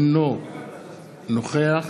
אינו נוכח